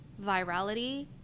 virality